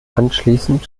anschließend